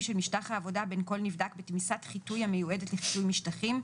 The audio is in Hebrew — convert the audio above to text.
של משטח העבודה בין כל נבדק בתמיסת חיטוי המיועדת לחיטוי משטחים;